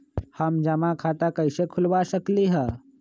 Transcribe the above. हम जमा खाता कइसे खुलवा सकली ह?